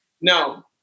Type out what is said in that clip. No